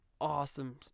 awesome